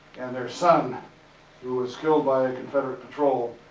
and their son who was killed by a confederate patrol.